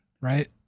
right